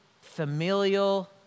familial